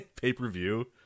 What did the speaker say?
pay-per-view